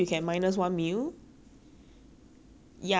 ya so instead of like breakfast lunch dinner you just eat lunch and dinner